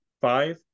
five